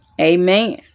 Amen